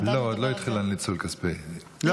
לא, הוא עוד לא התחיל לדבר על ניצול כספי הקרן.